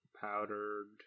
Powdered